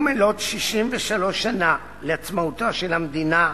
עם מלאות 63 שנה לעצמאותה של המדינה,